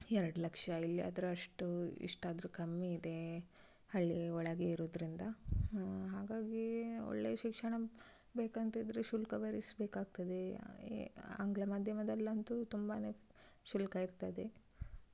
ಎರಡು ಲಕ್ಷ ಇಲ್ಲಿಯಾದ್ರೆ ಅಷ್ಟು ಇಷ್ಟಾದರೂ ಕಮ್ಮಿ ಇದೆ ಹಳ್ಳಿ ಒಳಗೆ ಇರೋದ್ರಿಂದ ಹಾಗಾಗಿ ಒಳ್ಳೆಯ ಶಿಕ್ಷಣ ಬೇಕಂತಿದ್ದರೆ ಶುಲ್ಕ ಭರಿಸಬೇಕಾಗ್ತದೆ ಆಂಗ್ಲ ಮಾಧ್ಯಮದಲ್ಲಂತೂ ತುಂಬಾ ಶುಲ್ಕ ಇರ್ತದೆ